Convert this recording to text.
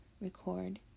record